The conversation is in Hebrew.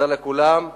תודה לכולם.